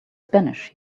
spanish